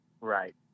Right